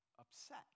upset